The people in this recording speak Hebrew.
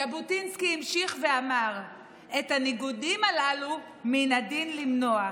ז'בוטינסקי המשיך ואמר: "את הניגודים הללו מן הדין למנוע".